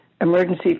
Emergency